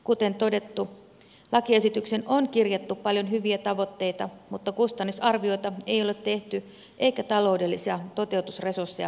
kuten todettu lakiesitykseen on kirjattu paljon hyviä tavoitteita mutta kustannusarviota ei ole tehty eikä taloudellisia toteutusresursseja varmistettu